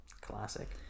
Classic